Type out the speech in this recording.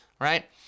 right